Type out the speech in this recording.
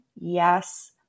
yes